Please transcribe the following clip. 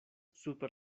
super